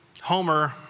Homer